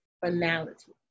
finality